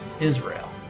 Israel